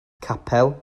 capel